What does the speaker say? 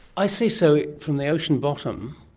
i see, so from the ocean bottom,